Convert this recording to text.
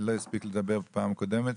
לא הספיק לדבר בפעם הקודמת.